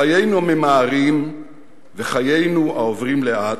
חיינו הממהרים וחיינו העוברים לאט,